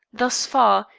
thus far,